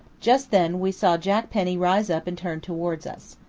just then we saw jack penny rise up and turn towards us.